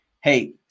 Hey